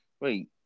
Wait